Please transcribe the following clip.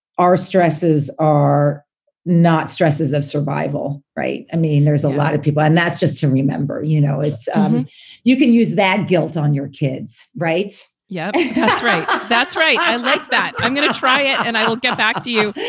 our stresses are not stresses of survival, right? i mean, there's a lot of people and that's just to remember, you know, it's um you can use that guilt on your kids, right? yeah, that's right that's right. i like that. i'm going to try it and i'll get back to you.